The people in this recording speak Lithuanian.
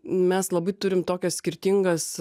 mes labai turim tokias skirtingas